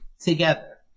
together